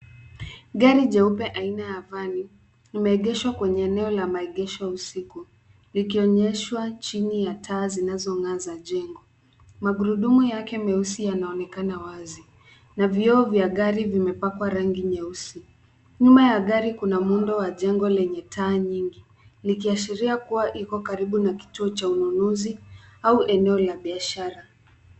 Gari jeupe aina ya vani imeegeshwa kwenye eneo la maegesho usiku, likionyeshwa chini ya taa zinazong'aa za jengo. Magurudumu yake meusi yanaonekana wazi na vioo vya gari vimepakwa rangi nyeusi. Nyuma ya gari kuna muundo wa jengo lenye taa nyingi, likiashiria kuwa iko karibu na kituo cha ununuzi au eneo la biashara.